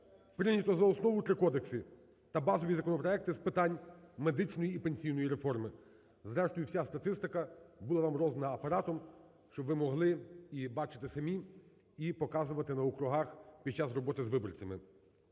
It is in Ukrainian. Прийнято за основу три кодекси та базові законопроекти з питань медичної і пенсійної реформи. Зрештою, вся статистика була вам роздана Апаратом, щоб ви могли і бачити самі, і показувати на округах під час роботи з виборцями.